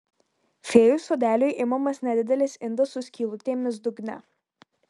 fėjų sodeliui imamas nedidelis indas su skylutėmis dugne